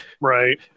Right